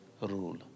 Rule